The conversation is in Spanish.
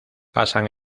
pasan